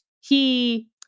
He-